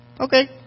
Okay